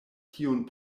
tiun